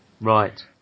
Right